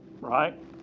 right